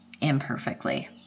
imperfectly